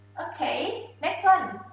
okay, next one.